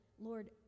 Lord